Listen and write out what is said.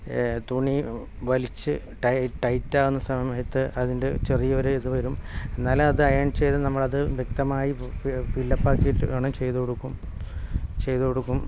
തുണി വലിച്ച് ടൈറ്റ് ടൈറ്റാകുന്ന സമയത്ത് അതിൻ്റെ ചെറിയൊരു ഇതു വരും എന്നാലും അത് അയൺ ചെയ്ത് നമ്മൾ അത് വ്യക്തമായി ഫില്ലപ്പാക്കിയിട്ട് വേണം ചെയ്തു കൊടുക്കും ചെയ്തു കൊടുക്കും